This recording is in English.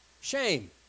Shame